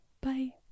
Bye